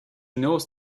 knows